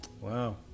Wow